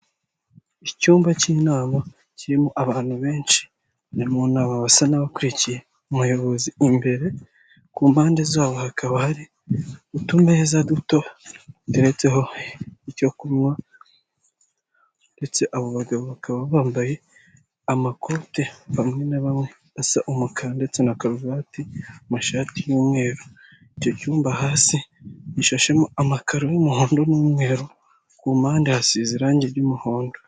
Mu cyumba cy'inama, harimo abagabo bambaye mu buryo butandukanye, aho abenshi bambaye amakote na karuvati. Bicaye bahanze amaso ahantu hamwe.